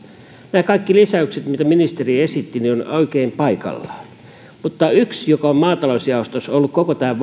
nämä kaikki lisäykset mitä ministeri esitti ovat oikein paikallaan mutta yksi joka on maatalousjaostossa ollut koko tämän